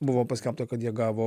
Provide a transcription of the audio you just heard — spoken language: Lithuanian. buvo paskelbta kad jie gavo